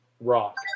rock